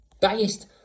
biased